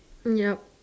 yep